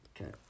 Okay